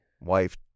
Wife